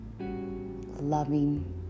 loving